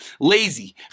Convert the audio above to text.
lazy